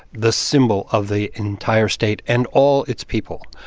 the symbol of the entire state and all its people,